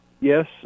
Yes